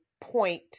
point